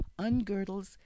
ungirdles